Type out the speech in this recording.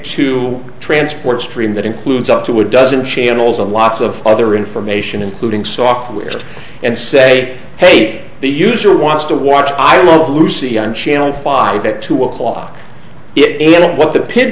to transport stream that includes up to a dozen channels and lots of other information including software and say hey the user wants to watch i love lucy on channel five at two o'clock it what the pin